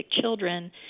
children